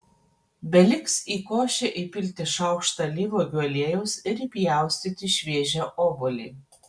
beliks į košę įpilti šaukštą alyvuogių aliejaus ir įpjaustyti šviežią obuolį